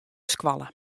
skoalle